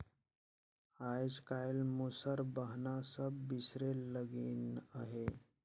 आएज काएल मूसर बहना सब बिसरे लगिन अहे